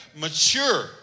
mature